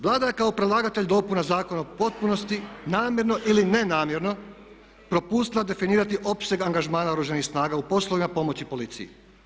Vlada je kao predlagatelj dopuna zakona u potpunosti namjerno ili nenamjerno propustila definirati opseg angažmana Oružanih snaga u poslovima pomoći policiji.